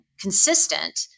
consistent